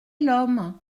l’homme